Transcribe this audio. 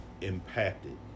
impacted